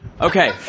Okay